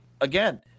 again